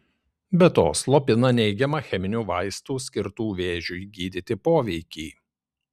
be to slopina neigiamą cheminių vaistų skirtų vėžiui gydyti poveikį